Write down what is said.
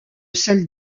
celles